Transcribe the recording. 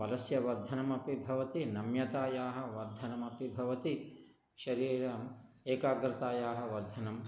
बलस्य वर्धनमपि भवति नम्यतायाः वर्धनमपि भवति शरीर एकाग्रतायाः वर्धनं